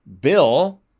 Bill